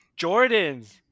Jordans